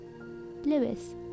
Lewis